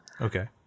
Okay